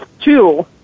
two